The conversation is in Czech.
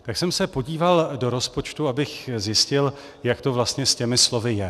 Tak jsem se podíval do rozpočtu, abych zjistil, jak to vlastně s těmi slovy je.